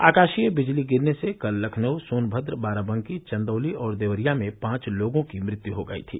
आकाशीय बिजली गिरने से कल लखनऊ सोनभद्र बाराबंकी चंदौली और देवरिया में पांच लोगों की मृत्यु हो गयी थी